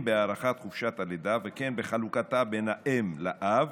בהארכת חופשת הלידה וכן בחלוקתה בין האם לאב,